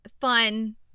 fun